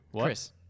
Chris